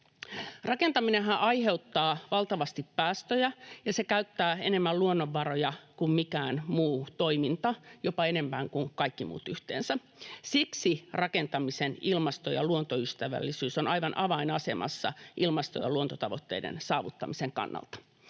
Rakentaminenhan aiheuttaa valtavasti päästöjä, ja se käyttää enemmän luonnonvaroja kuin mikään muu toiminta, jopa enemmän kuin kaikki muut yhteensä. Siksi rakentamisen ilmasto- ja luontoystävällisyys on aivan avainasemassa ilmasto- ja luontotavoitteiden saavuttamisen kannalta.